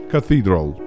Cathedral